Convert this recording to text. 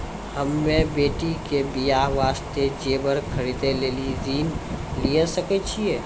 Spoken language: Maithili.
हम्मे बेटी के बियाह वास्ते जेबर खरीदे लेली ऋण लिये सकय छियै?